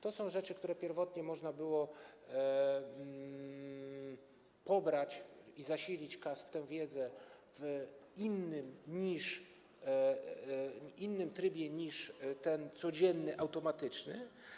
To są rzeczy, które pierwotnie można było pobrać i zasilić KAS w tę wiedzę w innym trybie niż ten codzienny, automatyczny.